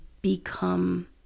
become